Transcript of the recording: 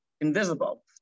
invisible